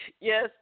Yes